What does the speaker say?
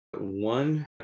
one